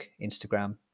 Instagram